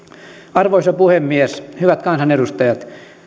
arvoisa puhemies hyvät kansanedustajat